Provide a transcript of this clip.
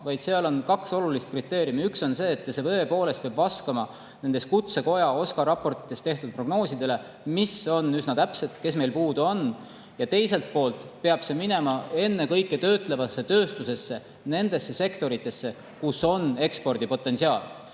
vaid seal on kaks olulist kriteeriumi. Üks on see, et see peab vastama nendele Kutsekoja OSKA raportites tehtud prognoosidele, mis ütlevad üsna täpselt, kes meil puudu on. Ja teiselt poolt peab see minema ennekõike töötlevasse tööstusesse, nendesse sektoritesse, kus on ekspordipotentsiaal.